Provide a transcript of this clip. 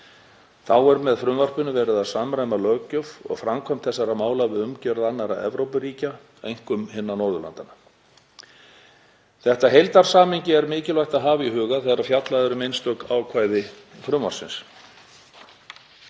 Þá er með frumvarpinu verið að samræma löggjöf og framkvæmd þessara mála við umgjörð annarra Evrópuríkja, einkum hinna Norðurlandanna. Þetta heildarsamhengi er mikilvægt að hafa í huga þegar fjallað er um einstök ákvæði frumvarpsins.